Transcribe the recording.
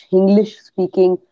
English-speaking